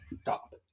Stop